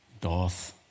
doth